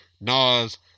Nas